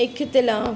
इख़्तिलां